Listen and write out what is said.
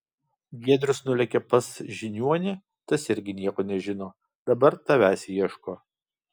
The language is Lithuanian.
giedrius nulėkė pas žiniuonį tas irgi nieko nežino dabar tavęs ieško